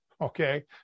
Okay